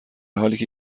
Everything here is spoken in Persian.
حالیکه